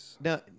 Now